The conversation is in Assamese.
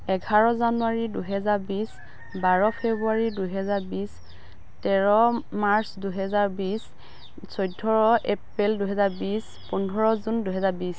এঘাৰ জানুৱাৰী দুহেজাৰ বিছ বাৰ ফেব্ৰুৱাৰী দুহেজাৰ বিছ তেৰ মাৰ্চ দুহেজাৰ বিছ চৈধ্য় এপ্ৰিল দুহেজাৰ বিছ পোন্ধৰ জুন দুহেজাৰ বিছ